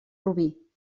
rubí